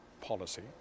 policy